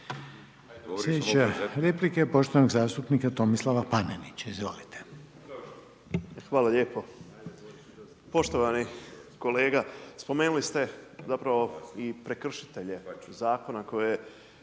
Slijedeća replika je poštovanog zastupnika Tomislava Panenića, izvolite. **Panenić, Tomislav (MOST)** Hvala lijepo. Poštovani kolega, spomenuli ste zapravo i prekršitelje Zakona koji se